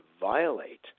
violate